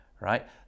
right